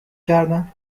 کردن